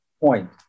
point